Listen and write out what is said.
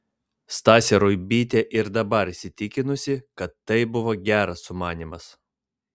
stasė ruibytė ir dabar įsitikinusi kad tai buvo geras sumanymas